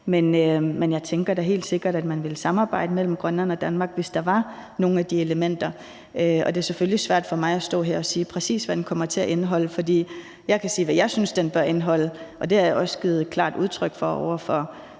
Men jeg tænker da helt sikkert, at man vil samarbejde Grønland og Danmark imellem, hvis der var nogle af de elementer. Det er selvfølgelig svært for mig at stå her og sige, præcis hvad den kommer til at indeholde, men jeg kan sige, hvad jeg synes den bør indeholde, og det har jeg også givet klart udtryk for over for